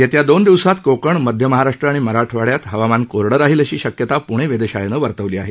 येत्या दोन दिवसात कोकण मध्य महाराष्ट्र आणि मराठवाडया हवामान कोरडं राहील अशी शक्यता प्णे वेधशाळेनं वर्तवली आहे